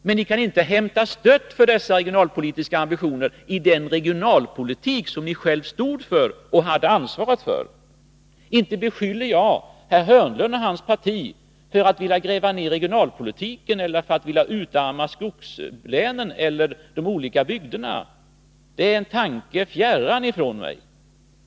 Men ni kan inte hämta stöd för dem i den regionalpolitik som ni själva hade ansvaret för. Inte beskyller jag herr Hörnlund och hans parti för att vilja gräva ner regionalpolitiken eller för att vilja utarma skogslänen eller andra bygder — det vore mig fjärran.